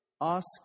Ask